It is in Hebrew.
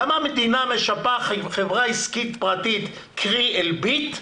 למה המדינה משפה חברה עסקית פרטית, קרי אלביט,